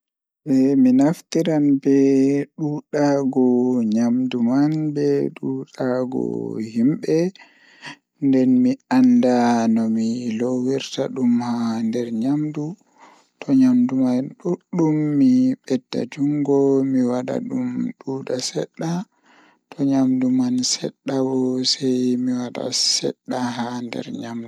Nomi fuɗɗirta nyalanɗe welnde tomi ummi haa dow leso Ko woni so waɗde laawol ngol njogii waawugol e kaɗi sabuɗi, miɗo yiɗi saama e waɗde goɗɗum ngal. So mi waɗi nder toɓɓere mi ngoni yiɗde laawol, mi foti ndaarnde e ko nafa ngal